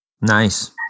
Nice